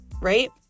right